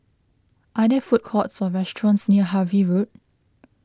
are there food courts or restaurants near Harvey Road